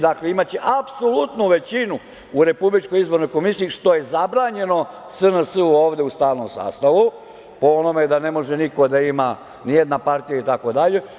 Dakle, imaće apsolutnu većinu u RIK, što je zabranjeno SNS-u ovde u stalnom sastavu, po onome da ne može niko da ima, ni jedna partija, itd.